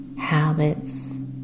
habits